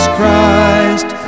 Christ